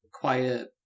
quiet